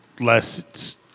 less